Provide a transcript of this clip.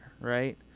Right